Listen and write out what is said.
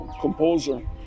composer